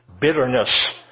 bitterness